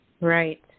Right